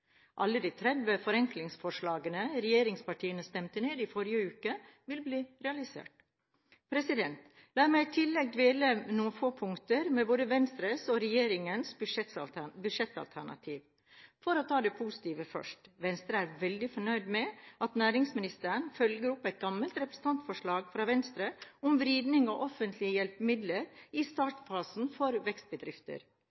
Alle de 30 forenklingsforslagene regjeringspartiene stemte ned i forrige uke, vil bli realisert. La meg i tillegg dvele ved noen få punkter i både Venstres og regjeringens budsjettalternativ. For å ta det positive først: Venstre er veldig fornøyd med at næringsministeren følger opp et gammelt representantforslag fra Venstre om vridning av offentlige hjelpemidler i